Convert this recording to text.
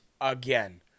again